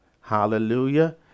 Hallelujah